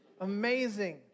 Amazing